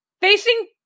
Facing